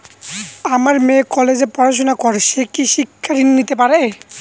আমার মেয়ে কলেজে পড়াশোনা করে সে কি শিক্ষা ঋণ পেতে পারে?